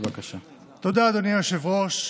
תודה, אדוני היושב-ראש.